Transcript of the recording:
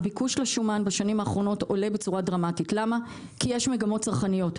הביקוש לשומן בשנים האחרונות עולה בצורה דרמטית כי יש מגמות צרכניות.